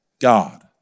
God